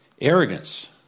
Arrogance